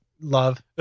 love